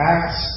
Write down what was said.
Acts